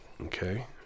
Okay